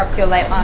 your late ah